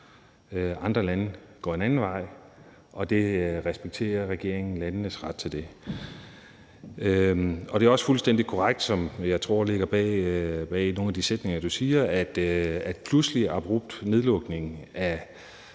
andre lande går en anden vej, og det respekterer regeringen landenes ret til. Og det er også fuldstændig korrekt, hvad jeg tror der ligger bag nogle af de sætninger, du siger, at en pludselig, abrupt nedlukning af